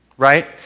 right